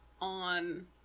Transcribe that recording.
on